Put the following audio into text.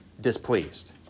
displeased